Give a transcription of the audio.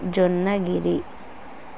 Jonnagiri